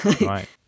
Right